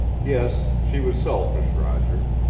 yes, she was selfish, roger.